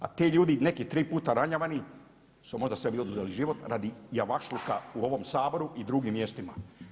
A ti ljudi neki tri puta ranjavani, su možda sebi oduzeli život radi javašluka u ovom Saboru i drugim mjestima.